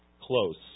close